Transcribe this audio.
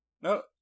No